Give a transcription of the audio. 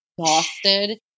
exhausted